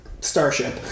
starship